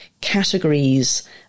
categories